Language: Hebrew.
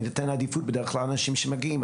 בדרך כלל אני נותן עדיפות לאנשים שמגיעים.